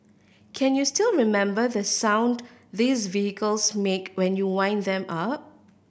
can you still remember the sound these vehicles make when you wind them up